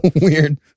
weird